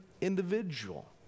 individual